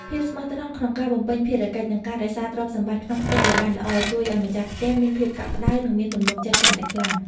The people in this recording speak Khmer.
ភាពស្មោះត្រង់ក្នុងការបំពេញភារកិច្ច និងការរក្សាទ្រព្យសម្បត្តិក្នុងផ្ទះឱ្យបានល្អ ជួយឱ្យម្ចាស់ផ្ទះមានភាពកក់ក្តៅ និងមានទំនុកចិត្តកាន់តែខ្លាំង។